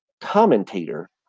commentator